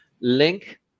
link